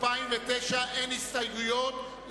2009. אין הסתייגויות,